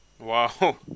Wow